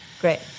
Great